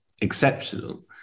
exceptional